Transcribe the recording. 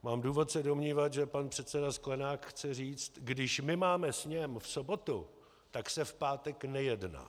Mám důvod se domnívat, že pan předseda Sklenák chce říct: Když my máme sněm v sobotu, tak se v pátek nejedná.